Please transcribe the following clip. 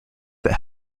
that